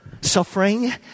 Suffering